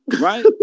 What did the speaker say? Right